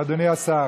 אדוני השר,